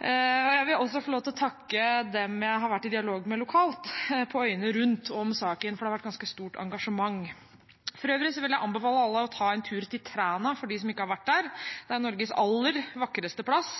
Jeg vil også få lov til å takke dem jeg har vært i dialog med lokalt, på øyene rundt, om saken – for det har vært ganske stort engasjement. For øvrig vil jeg anbefale alle å ta en tur til Træna, for dem som ikke har vært der. Det er Norges aller vakreste plass,